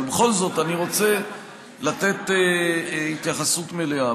אבל בכל זאת אני רוצה לתת התייחסות מלאה.